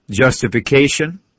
Justification